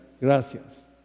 gracias